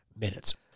minutes